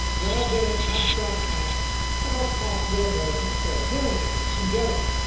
rather than an abstract tack about possible american authoritarianism in general.